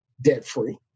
debt-free